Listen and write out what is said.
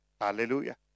Hallelujah